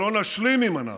לא נשלים עם אנרכיה,